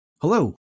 Hello